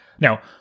Now